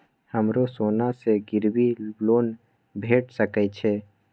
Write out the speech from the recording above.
हमरो सोना से गिरबी लोन भेट सके छे?